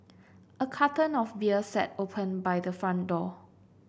a carton of beer sat open by the front door